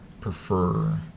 prefer